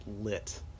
lit